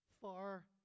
far